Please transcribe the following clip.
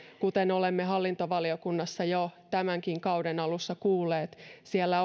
kuten olemme hallintovaliokunnassa jo tämänkin kauden alussa kuulleet siellä